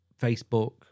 Facebook